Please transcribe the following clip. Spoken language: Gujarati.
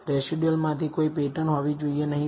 રેસિડયુઅલમાં કોઈ પેટર્ન હોવી જોઈએ નહીં